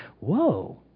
whoa